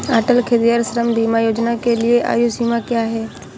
अटल खेतिहर श्रम बीमा योजना के लिए आयु सीमा क्या है?